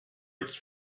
its